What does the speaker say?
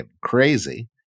crazy